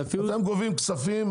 אם אתם גובים כספים,